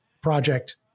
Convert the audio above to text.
project